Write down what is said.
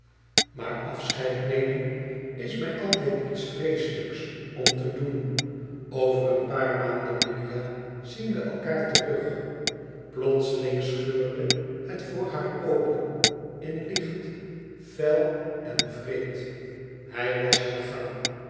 maar afscheid nemen is mij altijd lets vreeslyks om te doen over een paar maanden muia zien we elkaar terug plotseling scheurde het voor haar open in licht fel en wreed hij wasgegaan